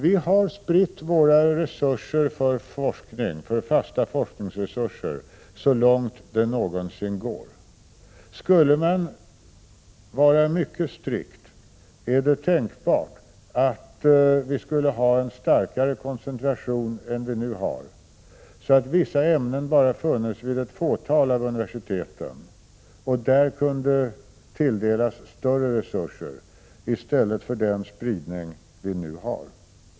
Vi har spritt våra resurser för fasta forskningsanslag så långt det är möjligt. Skulle man vara mycket strikt är det tänkbart att vi skulle ha en starkare koncentration av vissa ämnen till ett fåtal universitet, där dessa ämnen kunde tilldelas större resurser, än med den spridning vi nu har.